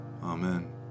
Amen